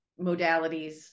modalities